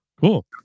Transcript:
cool